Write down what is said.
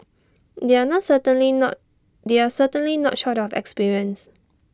they are not certainly not they are certainly not short of experience